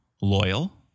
loyal